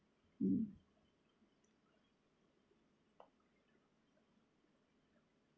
mm